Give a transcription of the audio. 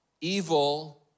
evil